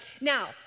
Now